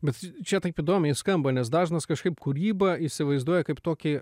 bet čia taip įdomiai skamba nes dažnas kažkaip kūrybą įsivaizduoja kaip tokį